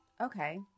Okay